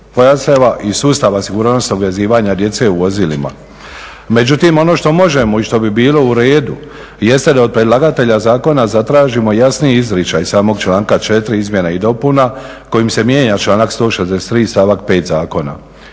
pojaseva i sustava sigurnosnog vezivanja djece u vozilima. Međutim, ono što možemo i što bi bilo u redu jeste da od predlagatelja zakona zatražimo jasniji izričaj samog članka 4. izmjena i dopuna kojim se mijenja članak 163. stavak 5. zakona,